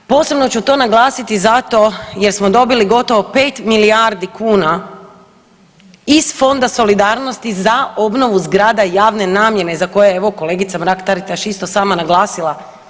Posebno ću to naglasiti zato jer smo dobili gotovo 5 milijardi kuna iz Fonda za solidarnosti za obnovu zgrada javne namjene za koje je evo kolegica Mrak Taritaš isto sama naglasila.